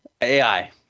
AI